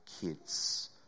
kids